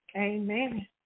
Amen